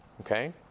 okay